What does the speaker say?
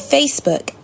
Facebook